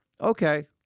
okay